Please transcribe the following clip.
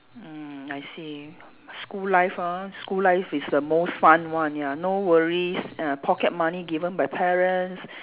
mm I see school life ah school life is the most fun one ya no worries ah pocket money given by parents